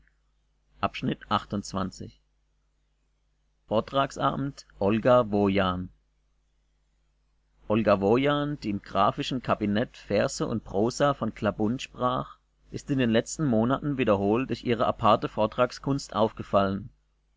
volks-zeitung vortragsabend olga wojan olga wojan die im graphischen kabinett verse und prosa von klabund sprach ist in den letzten monaten wiederholt durch ihre aparte vortragskunst aufgefallen